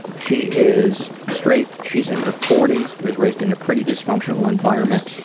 she is straight she's in her forty s was raised in a pretty dysfunctional environment.